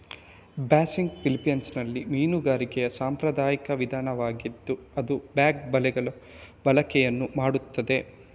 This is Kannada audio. ಬಾಸ್ನಿಗ್ ಫಿಲಿಪೈನ್ಸಿನಲ್ಲಿ ಮೀನುಗಾರಿಕೆಯ ಸಾಂಪ್ರದಾಯಿಕ ವಿಧಾನವಾಗಿದ್ದು ಅದು ಬ್ಯಾಗ್ ಬಲೆಗಳ ಬಳಕೆಯನ್ನು ಮಾಡುತ್ತದೆ